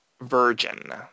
virgin